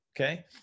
Okay